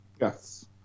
Yes